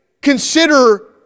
consider